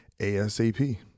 asap